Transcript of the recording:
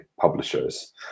publishers